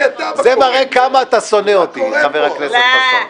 זה מראה כמה אתה שונא אותי, חבר הכנסת חסון.